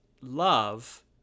love